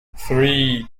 three